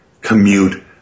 commute